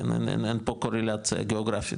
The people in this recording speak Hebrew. אין פה קורלציה גאוגרפית.